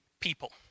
people